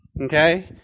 okay